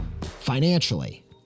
financially